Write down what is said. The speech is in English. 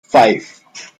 five